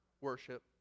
worship